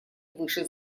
выше